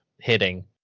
hitting